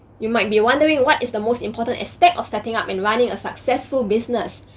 you might be wondering what is the most important aspect of setting up and running a successful business.